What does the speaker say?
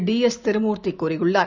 D S Tirumurti கூறியுள்ளார்